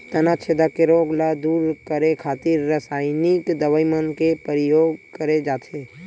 तनाछेद के रोग ल दूर करे खातिर रसाइनिक दवई मन के परियोग करे जाथे